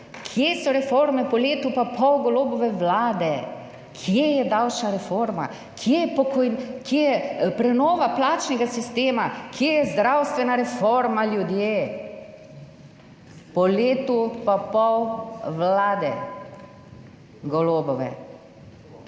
Kje so reforme po letu in pol Golobove vlade? Kje je davčna reforma? Kje je prenova plačnega sistema? Kje je zdravstvena reforma, ljudje? Po letu in pol Golobove